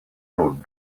put